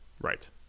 Right